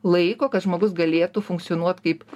laiko kad žmogus galėtų funkcionuot kaip